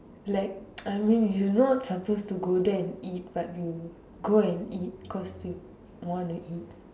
like I mean you are not supposed to go there and eat but you go and eat cause you want to eat